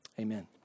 amen